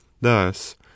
thus